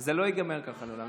זה לא ייגמר ככה לעולם.